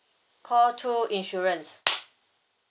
call two insurance